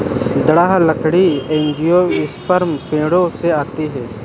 दृढ़ लकड़ी एंजियोस्पर्म पेड़ों से आती है